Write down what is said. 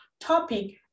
topic